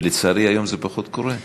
ולצערי, היום זה פחות קורה.